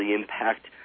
impact